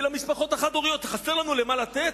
ולמשפחות החד-הוריות, חסר לנו למי לתת?